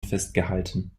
festgehalten